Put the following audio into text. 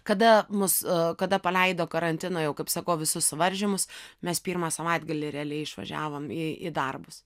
kada mus kada paleido karantino jau kaip sakau visus suvaržymus mes pirmą savaitgalį realiai išvažiavom į į darbus